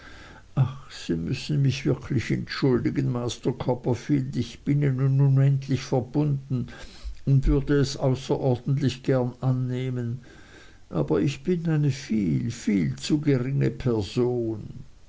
sie müssen mich wirklich entschuldigen master copperfield ich bin ihnen unendlich verbunden und würde es außerordentlich gern annehmen aber ich bin eine viel viel zu geringe person